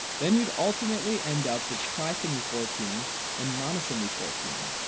then you'd ultimately end up with trisomy fourteen and monosomy fourteen.